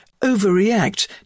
overreact